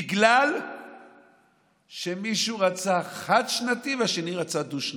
בגלל שמישהו רצה חד-שנתי והשני רצה דו-שנתי.